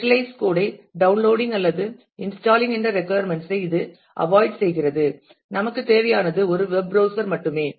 specialised code ஐ downloading அல்லது installing என்ற ரெக்குயர்மென்ட்ஸ் ஐ இது அவாய்ட் செய்கிறது நமக்குத் தேவையானது ஒரு வெப் ப்ரௌஸ்சர் மட்டுமே